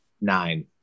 nine